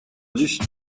licht